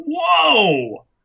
whoa